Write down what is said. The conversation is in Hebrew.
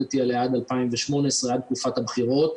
פיקדתי עליה עד 2018, עד תקופת הבחירות.